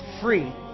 Free